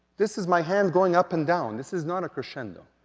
this is my hand going up and down this is not a crescendo.